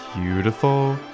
beautiful